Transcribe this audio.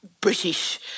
British